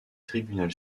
tribunal